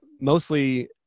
mostly